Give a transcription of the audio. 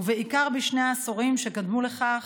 ובעיקר בשני העשורים שקדמו לכך,